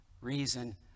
reason